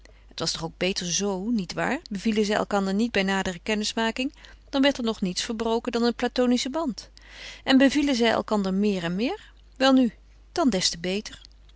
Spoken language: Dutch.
het was toch ook beter zo nietwaar bevielen zij elkander niet bij nadere kennismaking dan werd er nog niets verbroken dan een platonische band en bevielen zij elkander meer en meer welnu dan des te beter